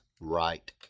right